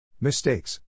Mistakes